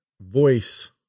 voice